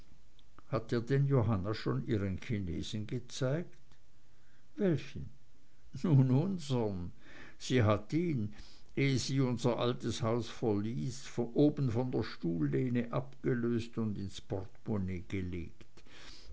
hat dir denn johanna schon ihren chinesen gezeigt welchen nun unsern sie hat ihn ehe sie unser altes haus verließ oben von der stuhllehne abgelöst und ihn ins portemonnaie gelegt